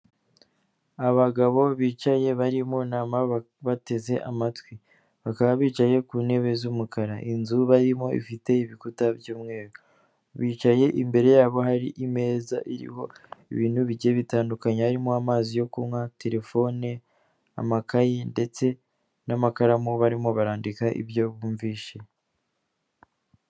Abagabo bicaye bari mu nama bateze amatwi. Bakaba bicaye ku ntebe z'umukara, inzu barimo ifite ibikuta by'umweru. Bicaye imbere yabo hari imeza iriho ibintu bigiye bitandukanye harimo; amazi yo kunkwa, terefone, amakayi ndetse n'amakaramu, barimo barandika ibyo bumvise.